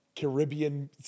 Caribbean